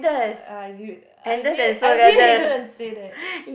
I knew it I knew it I knew you were going to say that